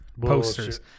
posters